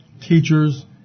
teachers